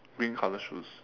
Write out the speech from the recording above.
green colour shoes